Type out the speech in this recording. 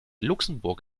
luxemburg